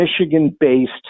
Michigan-based